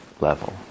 level